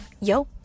Yo